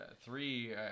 three